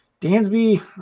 Dansby